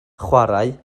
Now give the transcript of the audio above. chwarae